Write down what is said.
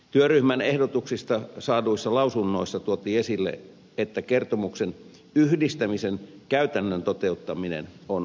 työryhmän ehdotuksista saaduissa lausunnoissa tuotiin esille että kertomuksen yhdistämisen käytännön toteuttaminen on selvitettävä